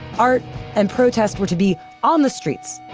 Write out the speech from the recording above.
art and protest were to be on the streets,